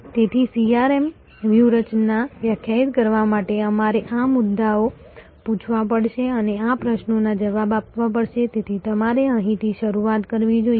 તેથી CRM વ્યૂહરચના વ્યાખ્યાયિત કરવા માટે અમારે આ મુદ્દાઓ પૂછવા પડશે અને આ પ્રશ્નોના જવાબ આપવા પડશે તેથી તમારે અહીંથી શરૂઆત કરવી જોઈએ